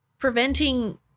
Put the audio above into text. preventing